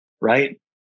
right